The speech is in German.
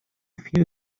viel